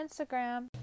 instagram